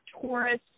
Taurus